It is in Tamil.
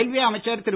ரயில்வே அமைச்சர் திரு